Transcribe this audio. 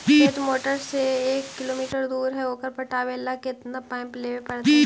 खेत मोटर से एक किलोमीटर दूर है ओकर पटाबे ल केतना पाइप लेबे पड़तै?